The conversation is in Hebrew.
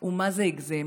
הוא מה זה הגזים.